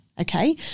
Okay